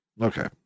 Okay